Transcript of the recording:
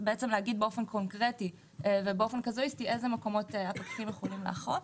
באופן קונקרטי ובאופן קאזואיסטי אילו מקומות הפקחים יכולים לאכוף.